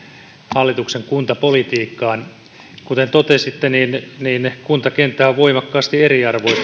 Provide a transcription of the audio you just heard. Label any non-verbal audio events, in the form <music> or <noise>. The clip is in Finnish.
hallituksen kuntapolitiikkaan kuten totesitte kuntakenttä on voimakkaasti eriarvoistunut <unintelligible>